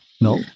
No